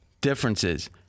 differences—